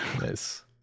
Nice